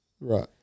Right